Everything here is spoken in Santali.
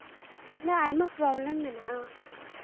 ᱢᱟᱱᱮ ᱟᱭᱢᱟ ᱯᱨᱚᱵᱽᱞᱮᱢ ᱢᱮᱱᱟᱜᱼᱟ